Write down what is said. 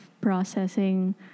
processing